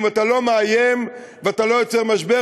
אם אתה לא מאיים ואתה לא יוצר משבר,